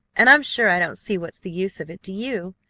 and i'm sure i don't see what's the use of it, do you?